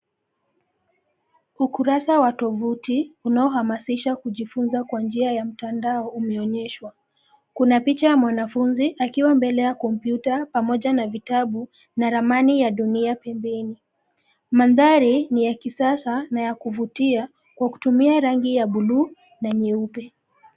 Ukurasa wa tovuti, unaohamasisha kujifunza kwa njia ya mtandao umeonyeshwa, kuna picha ya mwanafunzi akiwa mbele ya kompyuta pamoja na vitabu, na ramani ya dunia pembeni, mandhari ni ya kisasa na ya kuvutia, kwa kutumia rangi ya buluu, na nyeupe.